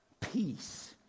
Peace